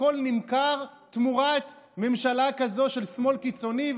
הכול נמכר תמורת ממשלה כזאת של שמאל קיצוני,